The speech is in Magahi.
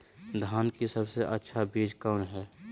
धान की सबसे अच्छा बीज कौन है?